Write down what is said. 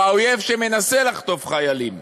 או האויב שמנסה לחטוף חיילים,